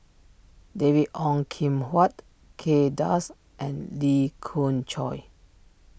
David Ong Kim Huat Kay Das and Lee Khoon Choy